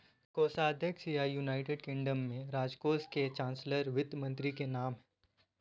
कोषाध्यक्ष या, United Kingdom में, राजकोष के चांसलर वित्त मंत्री के नाम है